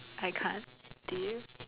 I can't deal